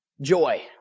Joy